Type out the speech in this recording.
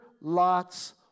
Lot's